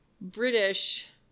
British